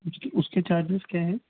اس کے اس کے چارجیز کیا ہیں